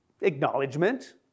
acknowledgement